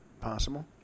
possible